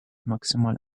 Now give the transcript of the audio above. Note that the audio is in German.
maximal